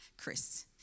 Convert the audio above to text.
Chris